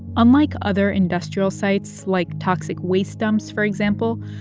unlike other industrial sites like toxic waste dumps, for example,